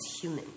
human